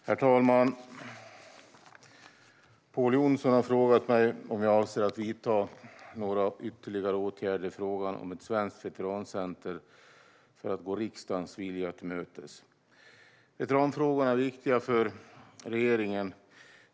Svar på interpellationer Herr talman! Pål Jonson har frågat mig om jag avser att vidta några ytterligare åtgärder i frågan om ett svenskt veterancenter för att gå riksdagens vilja till mötes. Veteranfrågorna är viktiga för regeringen.